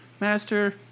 Master